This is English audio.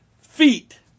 feet